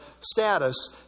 status